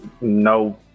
No